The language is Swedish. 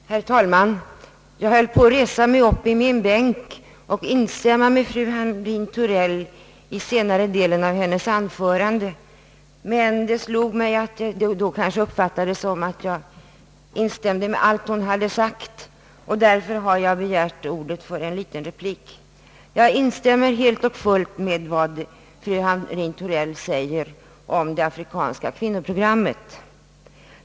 Herr talman! Jag hade tänkt resa mig upp i min bänk och instämma med fru Hamrin-Thorell i senare delen av hennes anförande, men det kanske kunnat uppfattas som om jag instämt med allt vad hon sagt. Därför har jag begärt ordet för en liten replik. Jag instämmer helt och hållet med vad fru Hamrin-Thorell säger om det afrikanska kvinnoprogrammet.